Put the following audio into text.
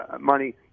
money